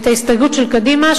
את ההסתייגות של קדימה,